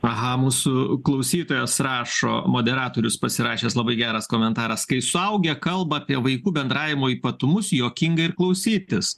aha mūsų klausytojas rašo moderatorius pasirašęs labai geras komentaras kai suaugę kalba apie vaikų bendravimo ypatumus juokinga ir klausytis